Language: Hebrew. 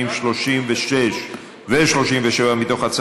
27 בעד, 12 מתנגדים, אפס נמנעים.